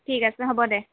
ঠিক আছে হ'ব দে